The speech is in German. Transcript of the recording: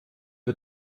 wir